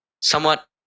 somewhat